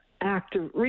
active